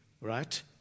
Right